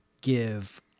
give